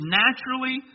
naturally